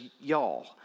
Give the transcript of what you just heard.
y'all